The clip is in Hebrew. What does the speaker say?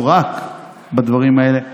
לא רק בדברים האלה,